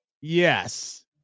Yes